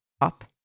up